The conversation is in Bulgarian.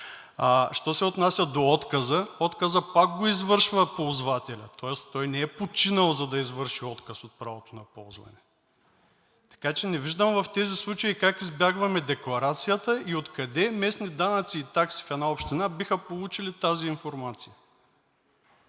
що се отнася до отказа – отказът пак го извършва ползвателят. Тоест той не е починал, за да извърши отказ от правото на ползване, така че не виждам в тези случаи как избягваме декларацията. Откъде „Местни данъци и такси“ в една община биха получили тази информация?